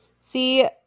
See